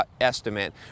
estimate